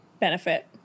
benefit